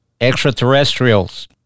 extraterrestrials